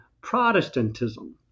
Protestantism